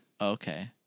Okay